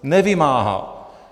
Nevymáhá.